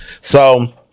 So-